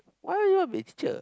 why you want mixture